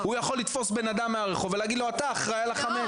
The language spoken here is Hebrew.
הוא יכול לתפוס בן אדם מהרחוב ולהגיד לו: אתה אחראי על החמץ.